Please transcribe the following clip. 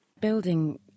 Building